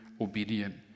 obedient